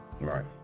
right